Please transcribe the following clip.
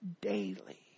daily